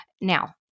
now